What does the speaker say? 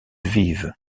lviv